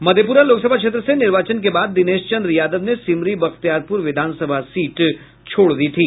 मधेपुरा लोकसभा क्षेत्र से निर्वाचन के बाद दिनेश चंद्र यादव ने सिमरी बख्तियारपुर विधानसभा सीट छोड़ दी थी